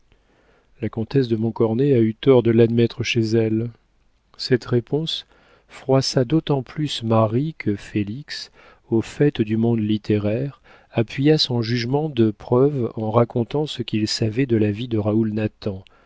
la comtesse de montcornet a eu tort de l'admettre chez elle cette réponse froissa d'autant plus marie que félix au fait du monde littéraire appuya son jugement de preuves en racontant ce qu'il savait de la vie de raoul